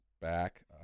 back